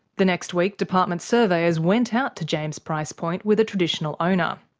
the next week, department surveyors went out to james price point with a traditional owner.